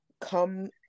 come